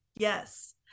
Yes